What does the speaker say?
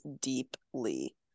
deeply